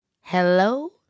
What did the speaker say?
Hello